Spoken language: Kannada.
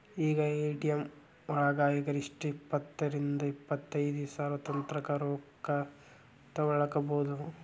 ಈಗ ಎ.ಟಿ.ಎಂ ವಳಗ ಗರಿಷ್ಠ ಇಪ್ಪತ್ತರಿಂದಾ ಇಪ್ಪತೈದ್ ಸಾವ್ರತಂಕಾ ರೊಕ್ಕಾ ತಗ್ಸ್ಕೊಬೊದು